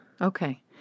Okay